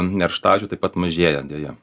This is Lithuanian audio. nerštaviečių taip pat mažėja deja